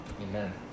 Amen